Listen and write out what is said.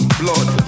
blood